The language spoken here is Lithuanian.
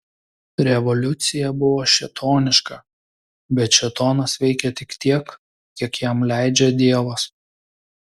revoliucija buvo šėtoniška bet šėtonas veikia tik tiek kiek jam leidžia dievas